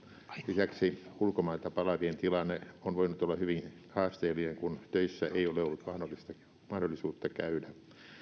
lisäksi ulkomailta palaavien tilanne on voinut olla hyvin haasteellinen kun töissä ei ole ollut mahdollisuutta käydä